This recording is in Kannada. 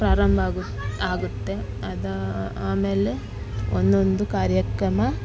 ಪ್ರಾರಂಭ ಆಗು ಆಗುತ್ತೆ ಅದು ಆಮೇಲೆ ಒಂದೊಂದು ಕಾರ್ಯಕ್ರಮ